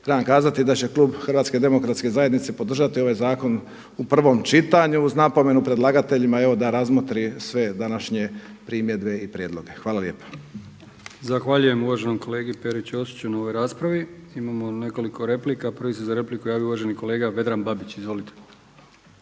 trebam kazati da će Klub HDZ-a podržati ovaj zakon u prvom čitanju uz napomenu predlagateljima evo da razmotri sve današnje primjedbe i prijedloge. Hvala lijepa. **Brkić, Milijan (HDZ)** Zahvaljujem uvaženom kolegi Peri Ćosiću na ovoj raspravi. Imamo nekoliko replika. Prvi se za repliku javio uvaženi kolega Vedran Babić. Izvolite.